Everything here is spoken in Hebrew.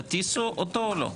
תטיסו אותו או לא?